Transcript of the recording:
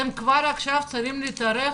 אתם כבר עכשיו צריכים להיערך